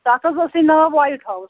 تَتھ حظ اوسُے ناو وایِٹ ہاوُس